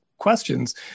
questions